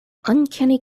uncanny